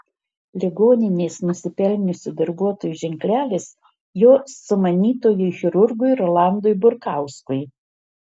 ligoninės nusipelniusio darbuotojo ženklelis jo sumanytojui chirurgui rolandui burkauskui